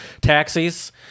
Taxis